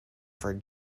for